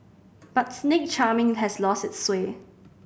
but snake charming has lost its sway